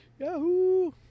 Yahoo